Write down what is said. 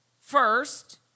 first